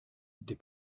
des